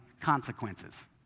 consequences